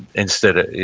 instead of,